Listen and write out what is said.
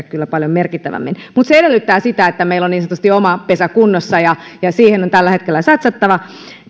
kyllä paljon merkittävämmin mutta se edellyttää sitä että meillä on niin sanotusti oma pesä kunnossa ja siihen on tällä hetkellä satsattava